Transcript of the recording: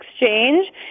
exchange